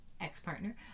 ex-partner